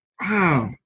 Wow